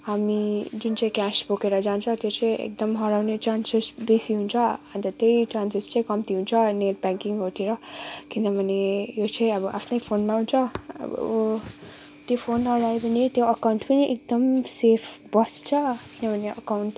हामी जुन चाहिँ क्यास बोकेर जान्छ त्यो चाहिँ एकदम हराउने चान्सेस बेसी हुन्छ अन्त त्यही चान्सेस चाहिँ कम्ती हुन्छ नेट ब्याङ्किङहरूतिर किनभने यो चाहिँ अब आफ्नै फोनमा हुन्छ अब त्यो फोन हरायो भने त्यो एकाउन्ट पनि एकदम सेफ बस्छ किनभने एकाउन्ट